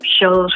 shows